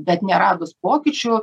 bet neradus pokyčių